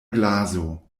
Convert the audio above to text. glaso